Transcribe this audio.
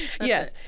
Yes